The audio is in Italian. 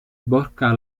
bocca